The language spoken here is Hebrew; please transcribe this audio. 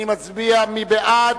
מי בעד?